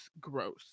gross